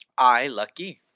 i, lucky?